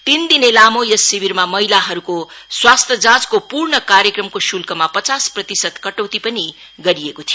तीनदिने लामो यस शिविरमा महिलाहरूको स्वास्थ्य जाँचको पूर्ण कार्यक्रमको श्ल्कमा पचास प्रतिशत कटौती पनि गरिएको थियो